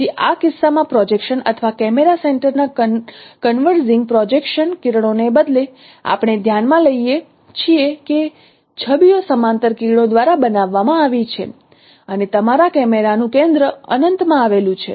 તેથી આ કિસ્સામાં પ્રોજેક્શન અથવા કેમેરા સેન્ટર ના કન્વર્ઝિંગ પ્રોજેક્શન કિરણોને બદલે આપણે ધ્યાનમાં લઈએ છીએ કે છબીઓ સમાંતર કિરણો દ્વારા બનાવવામાં આવી છે અને તમારા કેમેરાનું કેન્દ્ર અનંતમાં આવેલું છે